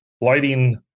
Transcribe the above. lighting